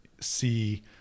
see